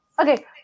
Okay